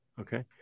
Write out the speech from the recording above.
Okay